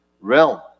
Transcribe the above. realm